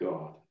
God